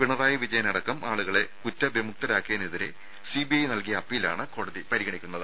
പിണറായി വിജയനടക്കം ആളുകളെ കുറ്റവിമുക്തരാക്കിയതിനെതിരെ സിബിഐ നൽകിയ അപ്പീലാണ് കോടതി പരിഗണിക്കുന്നത്